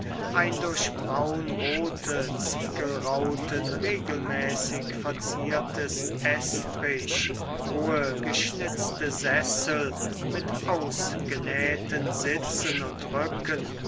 ein durch braunrote ziegelrauten regelmäßig verziertes estrich hohe geschnitzte sessel mit ausgenähten sitzen und rücken